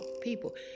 people